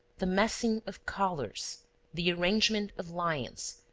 the massing of colors the arrangement of lines,